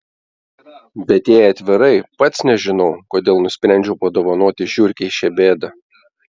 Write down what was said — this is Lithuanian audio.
bet jei atvirai pats nežinau kodėl nusprendžiau padovanoti žiurkei šią bėdą